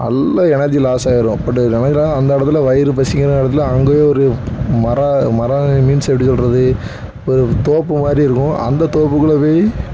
நல்லா எனர்ஜி லாஸாயிடும் பட் அந்த இடத்துல வயிறு பசிக்கிற நேரத்தில் அங்கேயே ஒரு மர மர மீன்ஸ் எப்படி சொல்கிறது ஒரு தோப்பு மாதிரி இருக்கும் அந்த தோப்புக்குள்ளே போய்